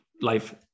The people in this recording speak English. life